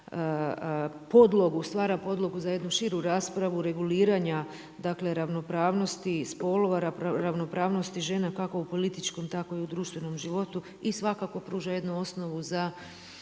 podlogu, stvara podlogu za jednu širu raspravu reguliranja dakle ravnopravnosti spolova, ravnopravnosti žena kako u političkom tako i u društvenom životu i svakako pruža jednu osnovu za